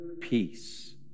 peace